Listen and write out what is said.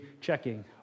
checking